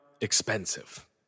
expensive